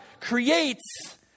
creates